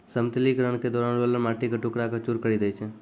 समतलीकरण के दौरान रोलर माटी क टुकड़ा क चूर करी दै छै